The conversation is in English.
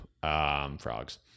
frogs